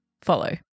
follow